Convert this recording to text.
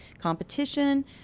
competition